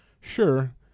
Sure